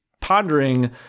pondering